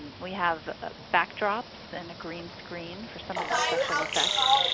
we have backdrops and a green screen for some of the special effects.